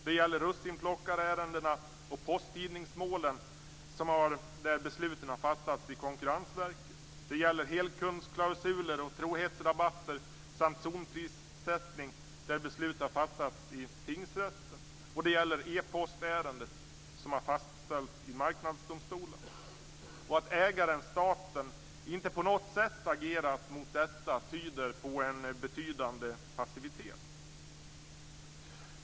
Det gäller russinplockarärendena och posttidningsmålen, där besluten har fattats i Konkurrensverket. Det gäller helkundsklausuler och trohetsrabatter samt zonprissättning, där beslut har fattats i Tingsrätten. Och det gäller E-postärenden som har fastställts i Marknadsdomstolen. Att ägaren staten inte på något sätt har agerat mot detta tyder på en betydande passivitet.